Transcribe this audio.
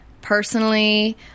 personally